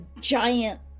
giant